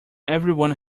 everyone